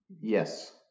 Yes